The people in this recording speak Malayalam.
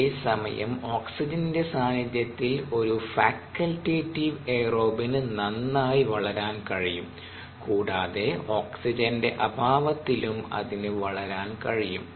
അതേസമയം ഓക്സിജന്റെ സാന്നിധ്യത്തിൽ ഒരു ഫാക്കൽറ്റടിവ് എയറോബിനു നന്നായി വളരാൻ കഴിയും കൂടാതെ ഓക്സിജന്റെ അഭാവത്തിലും അതിന് വളരാൻ കഴിയും